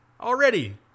already